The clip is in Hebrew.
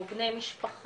או בני משפחה,